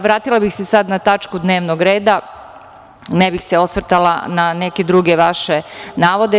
Vratila bih se sad na tačku dnevnog reda i ne bih se osvrtala na neke druge vaše navode.